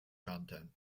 content